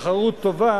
תחרות טובה